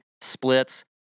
splits